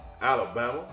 Alabama